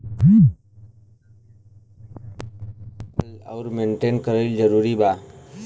जनधन खाता मे पईसा रखल आउर मेंटेन करल जरूरी बा?